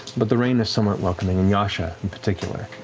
but the rain is somewhat welcoming, and yasha, in particular,